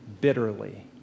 bitterly